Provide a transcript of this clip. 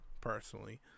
personally